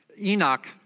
Enoch